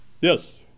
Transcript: Yes